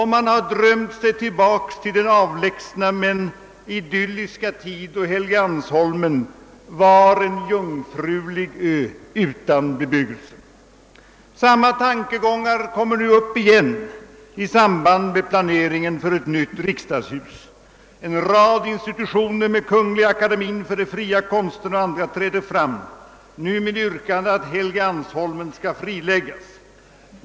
Man har drömt sig tillbaka till den avlägsna men idylliska tid då Helgeandsholmen var en jungfrulig ö utan bebyggelse. «Dessa tankar förs nu fram igen i sam band med planeringen för ett nytt riksdagshus. En rad institutioner, Kungl. akademien för de fria konsterna m.fl., träder fram med yrkande att Helgeandsholmen skall friläggas.